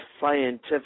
scientific